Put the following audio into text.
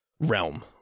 realm